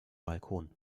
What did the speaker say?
balkon